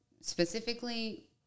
specifically